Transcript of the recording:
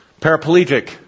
paraplegic